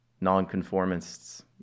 non-conformists